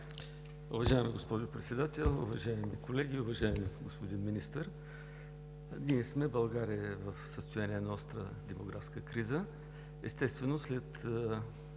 Уважаема госпожо Председател, уважаеми колеги, уважаеми господин Министър! Ние сме, България е в състояние на остра демографска криза. Естествено, след